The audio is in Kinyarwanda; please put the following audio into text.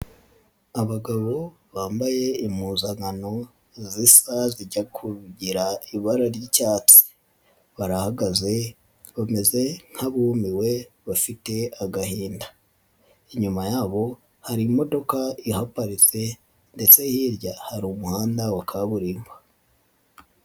Abagabo bambaye impuzankano zisa zijya kugira ibara ry'icyatsi barahagaze bameze nk'abumiwe bafite agahinda, inyuma yabo hari imodoka yaparitse ndetse hirya hari umuhanda wa kaburimbo.